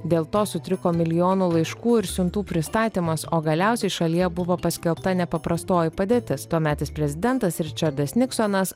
dėl to sutriko milijonų laiškų ir siuntų pristatymas o galiausiai šalyje buvo paskelbta nepaprastoji padėtis tuometis prezidentas ričardas niksonas